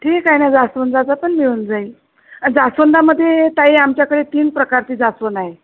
ठीक आहे ना जास्वंदाचा पण मिळून जाईल जास्वंदामध्ये ताई आमच्याकडे तीन प्रकारची जास्वंद आहे